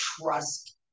trust